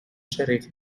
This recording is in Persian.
شرایطی